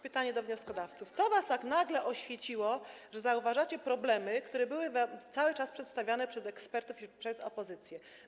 Pytanie do wnioskodawców: Co was tak nagle oświeciło, że zauważacie problemy, które były przedstawiane przez ekspertów i przez opozycję?